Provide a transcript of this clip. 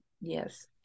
Yes